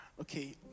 Okay